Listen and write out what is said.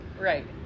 Right